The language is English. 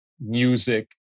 music